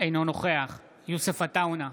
אינו נוכח יוסף עטאונה,